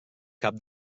cap